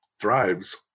thrives